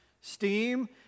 steam